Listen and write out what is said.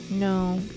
No